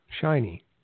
Shiny